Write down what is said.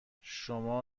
شما